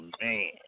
man